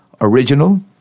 original